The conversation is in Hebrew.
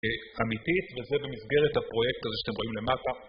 אמיתית וזה במסגרת הפרויקט הזה שאתם רואים למטה.